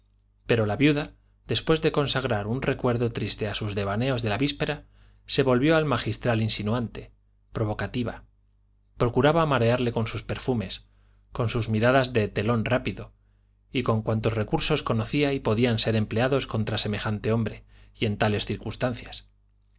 pero la viuda después de consagrar un recuerdo triste a sus devaneos de la víspera se volvió al magistral insinuante provocativa procuraba marearle con sus perfumes con sus miradas de telón rápido y con cuantos recursos conocía y podían ser empleados contra semejante hombre y en tales circunstancias